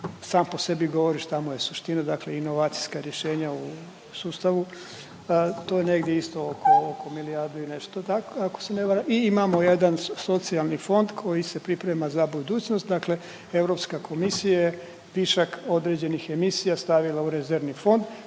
sam po sebi govori šta mu je suština, dakle inovacijska rješenja u sustavu. To je negdje isto oko, oko milijardu i nešto ako se ne varam. I imamo jedan Socijalni fond koji se priprema za budućnost dakle EU je višak određenih emisija stavila u rezervni fond